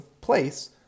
place